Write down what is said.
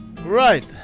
right